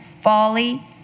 folly